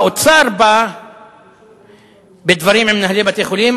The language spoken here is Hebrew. האוצר בא בדברים עם מנהלי בתי-חולים,